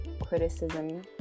criticism